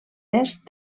est